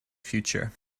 future